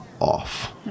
off